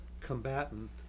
combatant